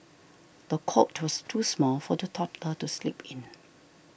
the cot was too small for the toddler to sleep in